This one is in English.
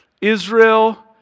Israel